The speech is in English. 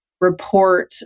report